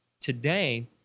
Today